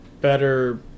better